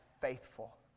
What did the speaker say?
faithful